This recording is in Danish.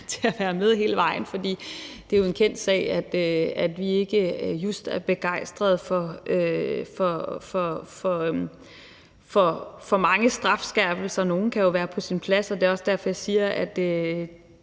til at være med hele vejen, for det er jo en kendt sag, at vi ikke just er begejstrede for for mange strafskærpelser. Det kan jo være på sin plads med nogle, og det er også derfor, jeg siger, at